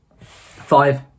five